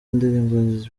indirimbo